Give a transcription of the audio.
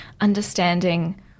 understanding